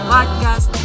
Podcast